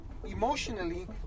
emotionally